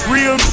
Real